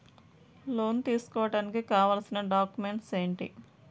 Loan తీసుకోడానికి కావాల్సిన documents ఎంటి?